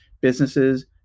businesses